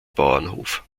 bauernhof